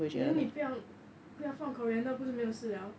then 你不要不要放 coriander 不就是没有事了